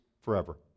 forever